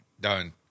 Done